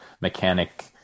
mechanic